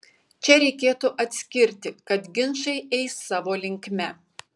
čia reikėtų atskirti kad ginčai eis savo linkme